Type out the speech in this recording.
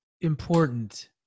important